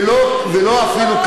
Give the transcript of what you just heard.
ולא אפילו,